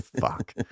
Fuck